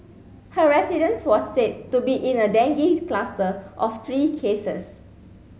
her residence was said to be in a dengue cluster of three cases